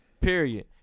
period